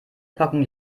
packung